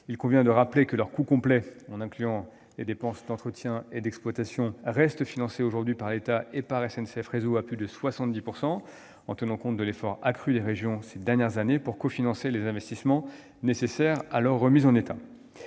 il convient de rappeler que leur coût complet, en incluant les dépenses d'entretien et d'exploitation, reste financé aujourd'hui par l'État et par SNCF Réseau à plus de 70 %, en tenant compte de l'effort accru des régions ces dernières années pour cofinancer les investissements nécessaires à leur remise en état.